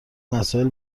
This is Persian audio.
مسائل